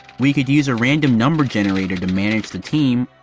we could use a random number generator to manage the team,